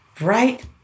right